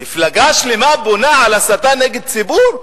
מפלגה שלמה בונה על הסתה נגד ציבור?